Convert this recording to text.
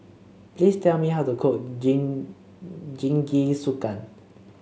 please tell me how to cook Jingisukan